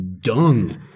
dung